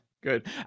good